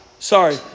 Sorry